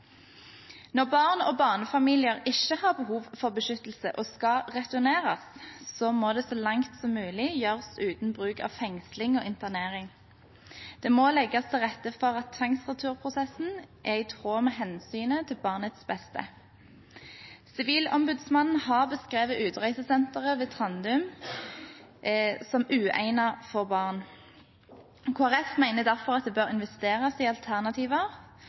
Når barn og barnefamilier ikke har behov for beskyttelse og skal returneres, må det så langt som mulig gjøres uten bruk av fengsling og internering. Det må legges til rette for at tvangsreturprosessen er i tråd med hensynet til barnets beste. Sivilombudsmannen har beskrevet utreisesenteret ved Trandum som uegnet for barn. Kristelig Folkeparti mener derfor at det bør investeres i alternativer,